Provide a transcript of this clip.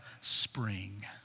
spring